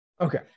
Okay